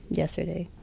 yesterday